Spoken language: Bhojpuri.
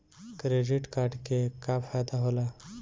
क्रेडिट कार्ड के का फायदा होला?